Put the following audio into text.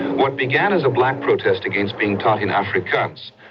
what began as a black protest against being taught in afrikaans,